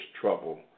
trouble